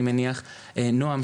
נועם,